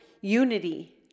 unity